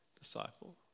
disciple